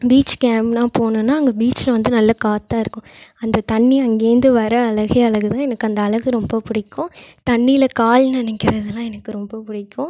beach கேம்லாம் போனேன்னா அங்கே பீச்சில் வந்து நல்ல காற்றா இருக்கும் அந்த தண்ணியும் அங்கேருந்து வர அழகே அழகு தான் எனக்கு அந்த அழகு ரொம்ப பிடிக்கும் தண்ணியில் கால் நனைக்கின்றதெல்லாம் எனக்கு ரொம்ப பிடிக்கும்